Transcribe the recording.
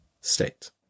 state